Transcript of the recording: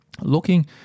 looking